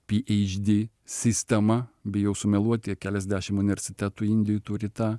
phd sistema bijau sumeluoti keliasdešim universitetų indijoj turi tą